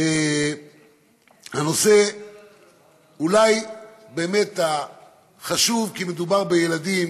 הנושא שהוא אולי באמת החשוב, כי מדובר בילדים,